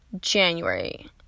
January